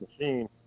machine